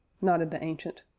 nodded the ancient.